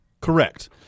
Correct